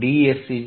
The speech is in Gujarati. ds E